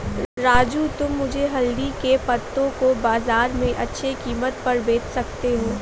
राजू तुम मुझे हल्दी के पत्तों को बाजार में अच्छे कीमत पर बेच सकते हो